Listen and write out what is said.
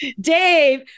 Dave